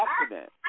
accident